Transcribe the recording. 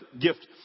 Gift